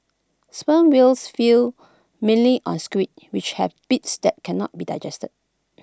sperm whales feed mainly on squid which have beaks that cannot be digested